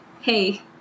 hey